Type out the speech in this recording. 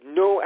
no